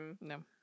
No